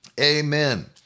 Amen